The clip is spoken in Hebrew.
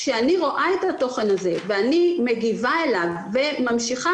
כשאני רואה את התוכן הזה ואני מגיבה אליו וממשיכה,